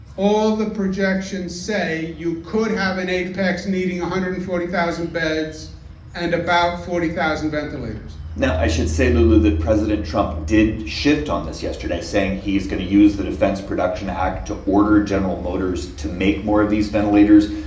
all the projections say you could have an apex needing one hundred and forty thousand beds and about forty thousand ventilators now, i should say, lulu, that president trump did shift on this yesterday, saying he is going to use the defense production act to order general motors to make more of these ventilators.